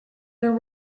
there